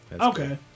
Okay